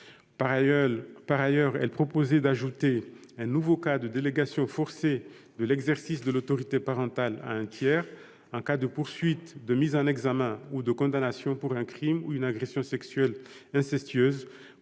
Par ailleurs, elle ajoutait un nouveau cas de délégation forcée de l'exercice de l'autorité parentale à un tiers en cas de poursuite, de mise en examen ou de condamnation pour un crime ou une agression sexuelle incestueuse